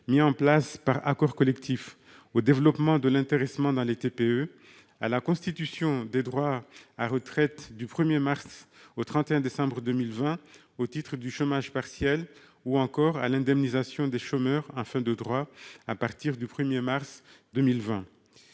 mis en place par accord collectif, au développement de l'intéressement dans les très petites entreprises et à la constitution de droits à retraite du 1 mars au 31 décembre 2020 au titre du chômage partiel, sans oublier l'indemnisation des chômeurs en fin de droits à partir du 1 mars 2020.